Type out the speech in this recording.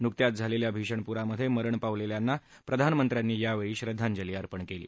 नुकत्याच झालेल्या भीषण पुरामधे मरण पावलेल्यांना प्रधानमंत्र्यांनी यावेळी श्रद्धांजली अर्पण केली